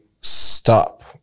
stop